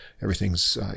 Everything's